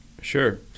Sure